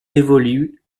évolue